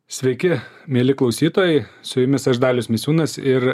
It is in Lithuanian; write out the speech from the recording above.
sveiki mieli klausytojai su jumis aš dalius misiūnas ir